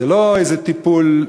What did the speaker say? זה לא איזה טיפול,